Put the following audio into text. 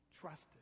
trusted